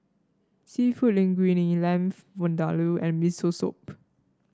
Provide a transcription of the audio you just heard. seafood Linguine Lamb Vindaloo and Miso Soup